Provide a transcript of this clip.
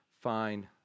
fine